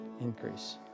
Increase